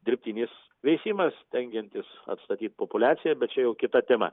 dirbtinis veisimas stengiantis atstatyt populiaciją bet čia jau kita tema